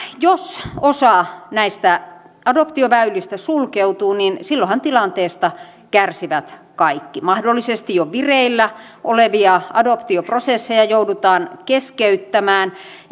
jos osa näistä adoptioväylistä sulkeutuu niin silloinhan tilanteesta kärsivät kaikki mahdollisesti jo vireillä olevia adoptioprosesseja joudutaan keskeyttämään